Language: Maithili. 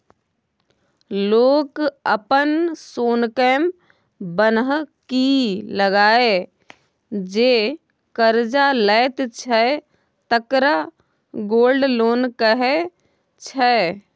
लोक अपन सोनकेँ बन्हकी लगाए जे करजा लैत छै तकरा गोल्ड लोन कहै छै